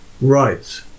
right